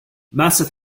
massif